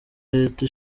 leta